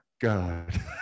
God